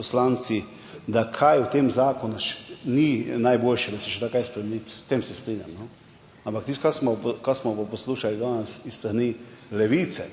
poslanci, da kaj v tem zakonu ni najboljše, da se da še kaj spremeniti. S tem se strinjam. Ampak tisto, kar smo poslušali danes s strani Levice,